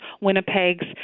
Winnipeg's